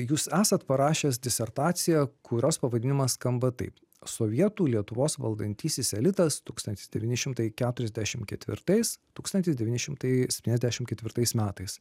jūs esat parašęs disertaciją kurios pavadinimas skamba taip sovietų lietuvos valdantysis elitas tūkstantis devyni šimtai keturiasdešim ketvirtais tūkstantis devyni šimtai septyniasdešim ketvirtais metais